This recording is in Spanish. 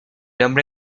hombre